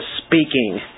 speaking